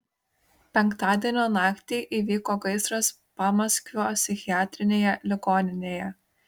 penktadienio naktį įvyko gaisras pamaskvio psichiatrinėje ligoninėje